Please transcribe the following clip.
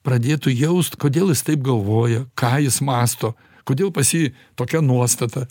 pradėtų jaust kodėl jis taip galvoja ką jis mąsto kodėl pas jį tokia nuostata